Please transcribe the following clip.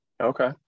okay